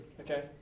okay